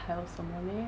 还有什么 leh